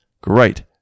great